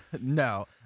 no